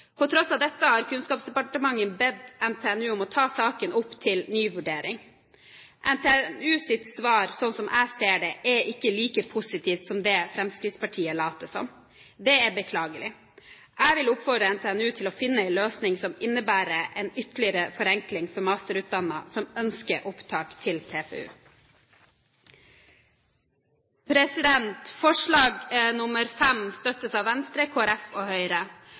På tross av dette har Kunnskapsdepartementet bedt NTNU om å ta saken opp til ny vurdering. NTNUs svar, slik jeg ser det, er ikke like positivt som det Fremskrittspartiet later som. Det er beklagelig. Jeg vil oppfordre NTNU til å finne en løsning som innebærer en ytterligere forenkling for masterutdannede som ønsker opptak til PPU. Forslag V støttes av Venstre, Kristelig Folkeparti og Høyre